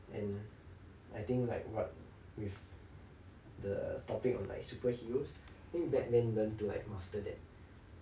and I think like what is the topic on like superheroes think batman learn to like master that